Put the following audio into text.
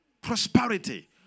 prosperity